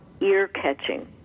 ear-catching